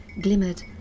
glimmered